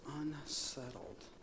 unsettled